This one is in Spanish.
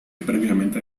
previamente